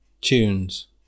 Tunes